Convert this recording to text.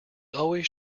always